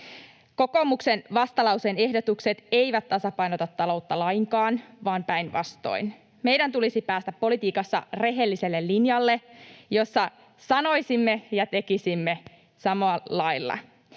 Kokoomuksen vastalauseen ehdotukset eivät tasapainota taloutta lainkaan, vaan päinvastoin. Meidän tulisi päästä politiikassa rehelliselle linjalle, jossa sanoisimme ja tekisimme samalla lailla.